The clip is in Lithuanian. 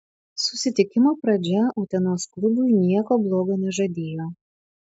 susitikimo pradžia utenos klubui nieko blogo nežadėjo